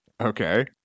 Okay